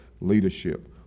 Leadership